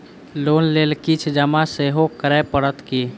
Loan लेल किछ जमा सेहो करै पड़त की?